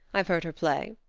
i've heard her play.